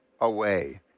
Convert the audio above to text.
away